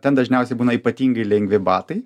ten dažniausiai būna ypatingai lengvi batai